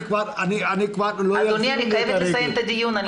לי כבר לא יצילו את הרגל.